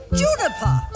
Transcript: juniper